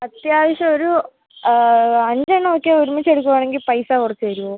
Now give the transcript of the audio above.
അത്യാവശ്യം ഒരു അഞ്ചെണ്ണം ഒക്കെ ഒരുമിച്ചെടുക്കുകയാണെങ്കിൽ പൈസ കുറച്ചുതരുമോ